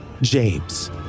James